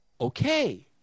okay